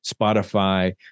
Spotify